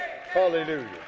Hallelujah